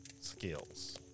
skills